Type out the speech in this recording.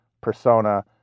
persona